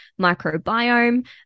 microbiome